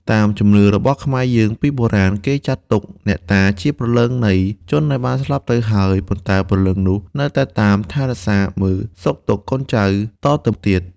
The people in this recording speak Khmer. តាមជំនឿរបស់ខ្មែរយើងពីបុរាណ គេចាត់ទុកអ្នកតាជាព្រលឹងនៃជនដែលបានស្លាប់ទៅហើយ ប៉ុន្តែព្រលឹងនោះនៅតែតាមថែរក្សាមើលសុខទុក្ខកូនចៅតទៅទៀត។